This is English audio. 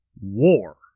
war